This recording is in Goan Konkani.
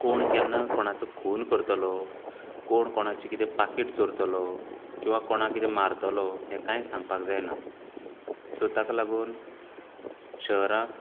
कोण केन्ना कोणाचो खून करतलो कोण कोणाची कितें पाकिट चोरतलो किंवां कोणा कितें मारतलो हे कांयच सांगपाक जायना सो ताका लागून शहरांत